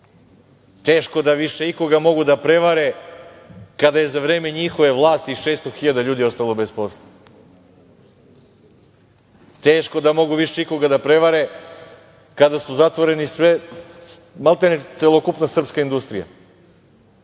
teško da više da ikoga mogu da prevare kada je za vreme njihove vlasti 600.000 ljudi ostalo bez posla. Teško da mogu više ikoga da prevare kada su zatvoreni, maltene celokupna srpska industrija. Teško